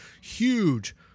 Huge